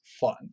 fun